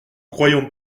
croyons